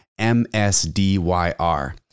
MSDYR